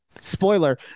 spoiler